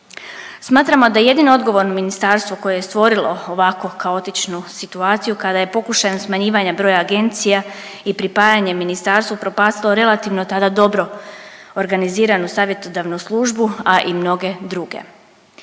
Smatramo da je jedino odgovorno ministarstvo koje je stvorilo ovako kaotičnu situaciju kada je pokušajem smanjivanja broja agencija i pripajanjem ministarstvu upropastilo relativno tada dobro organiziranu savjetodavnu službu, a i mnoge druge.